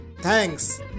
thanks